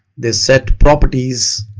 they set properties